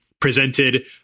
presented